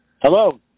Hello